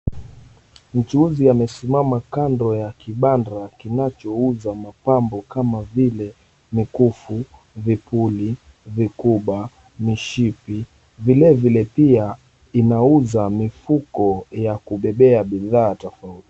Mchuuzi amesimama kando ya kibanda kinachouza mapambo kama vile; mikufu, vipuli, vikuba, mishipi. Vilevile pia inauza mifuko ya kubebea bidhaa tofauti.